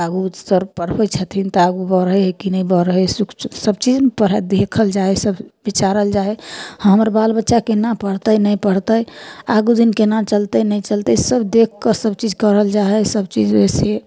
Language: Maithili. आगू सर पढ़बै छथिन तऽ आगू बढ़ै हइ कि नहि बढ़ै हइ सब चीजमे पढ़ाइ देखल जाइ हइ सब बिचारल जाइ हइ हमर बाल बच्चा केना पढ़तै नहि पढ़तै आगू दिन केना चलतै नहि चलतै सब देख कऽ सब चीज कहल जा हइ सब चीज ओहिसे